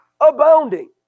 Abounding